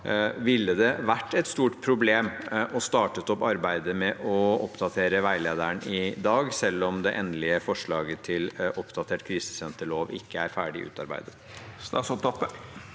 Ville det være et stort problem å starte opp arbeidet med å oppdatere veilederen i dag, selv om det endelige forslaget til oppdatert krisesenterlov ikke er ferdig utarbeidet?